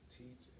teach